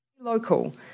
Local